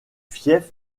fief